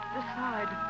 Decide